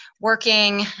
working